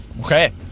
Okay